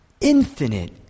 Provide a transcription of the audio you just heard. infinite